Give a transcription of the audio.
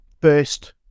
first